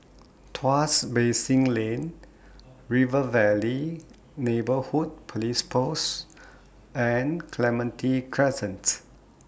Tuas Basin Lane River Valley Neighbourhood Police Post and Clementi Crescent